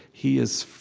he is